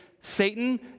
Satan